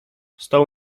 stołu